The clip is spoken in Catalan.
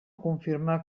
confirmar